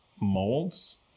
molds